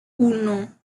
uno